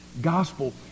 gospel